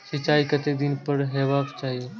सिंचाई कतेक दिन पर हेबाक चाही?